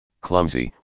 clumsy